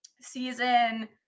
season